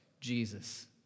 Jesus